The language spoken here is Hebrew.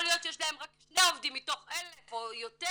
להיות שיש להם רק שני עובדים מתוך 1,000 או יותר,